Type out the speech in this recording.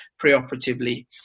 preoperatively